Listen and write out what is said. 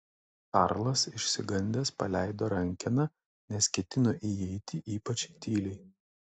karlas išsigandęs paleido rankeną nes ketino įeiti ypač tyliai